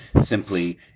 simply